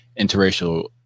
interracial